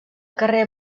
carrer